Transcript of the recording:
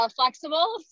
flexible